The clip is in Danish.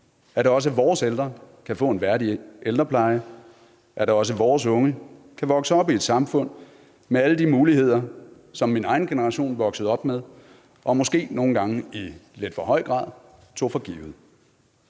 at også vores ældre kan få en værdig ældrepleje, og at også vores unge kan vokse op i et samfund med alle de muligheder, som min egen generation voksede op med og måske nogle gange i lidt for høj grad tog for givet.